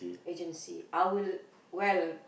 agency I will well